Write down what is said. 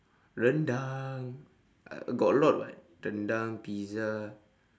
rendang uh got a lot [what] rendang pizza